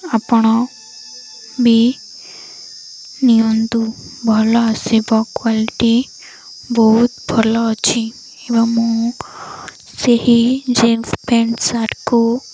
ଆପଣ ବି ନିଅନ୍ତୁ ଭଲ ଆସିବ କ୍ୱାଲିଟି ବହୁତ ଭଲ ଅଛି ଏବଂ ମୁଁ ସେହି ଜିନ୍ସ ପ୍ୟାଣ୍ଟ ସାର୍ଟକୁ